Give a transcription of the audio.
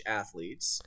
athletes